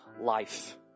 life